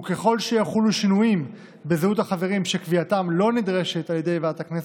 וככל שיחולו שינויים בזהות החברים שקביעתם לא נדרשת על ידי ועדת הכנסת,